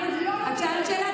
את שאלת שאלה,